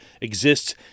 exists